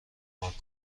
پارک